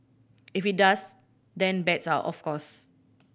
if it does then bets are of course